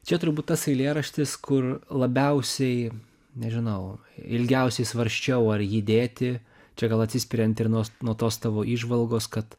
čia turbūt tas eilėraštis kur labiausiai nežinau ilgiausiai svarsčiau ar jį dėti čia gal atsispiriant ir nuos nuo tos tavo įžvalgos kad